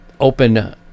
open